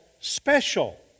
special